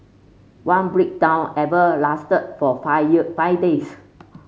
one breakdown even lasted for five year five days